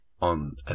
on